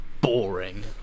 boring